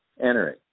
entering